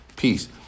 Peace